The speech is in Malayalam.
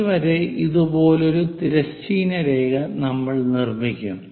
സി വരെ ഇതുപോലൊരു തിരശ്ചീന രേഖ നമ്മൾ നിർമ്മിക്കും